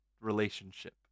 relationship